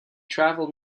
traveled